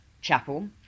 Chapel